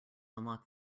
unlock